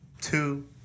two